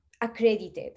accredited